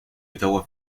ottawa